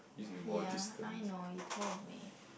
ya I know you told me